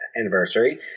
anniversary